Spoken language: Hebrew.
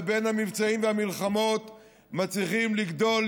ובין המבצעים והמלחמות מצליחים לגדול,